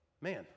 man